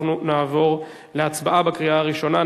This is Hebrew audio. אנחנו נעבור להצבעה בקריאה הראשונה.